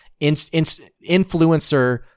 influencer